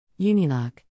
Unilock